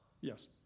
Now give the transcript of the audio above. Yes